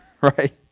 Right